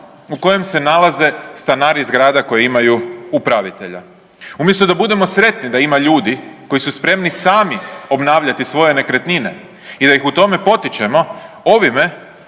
u kojem se nalaze stanari zgrada koje imaju upravitelja. Umjesto da budemo sretni da ima ljudi koji su spremni sami obnavljati svoje nekretnine i da ih u tome potičemo ovime